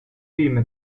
film